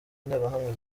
nterahamwe